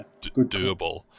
doable